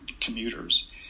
commuters